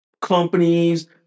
companies